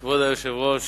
כבוד היושב-ראש,